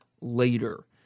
later